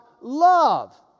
love